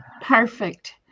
perfect